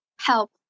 help